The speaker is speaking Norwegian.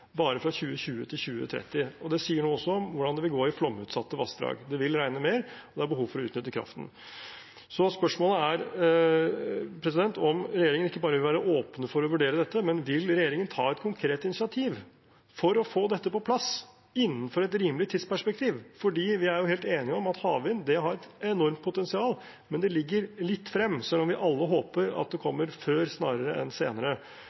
bare fra 2020 til 2030. Det sier også noe om hvordan det vil gå i flomutsatte vassdrag. Det vil regne mer, og det er behov for å utnytte kraften. Spørsmålet er om regjeringen ikke bare vil være åpne for å vurdere dette, men vil ta et konkret initiativ for å få dette på plass innenfor et rimelig tidsperspektiv. Vi er helt enige om at havvind har et enormt potensial, men det ligger litt frem, selv om vi alle håper at det kommer før snarere enn senere.